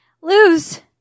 lose